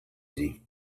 easy